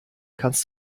kannst